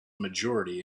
majority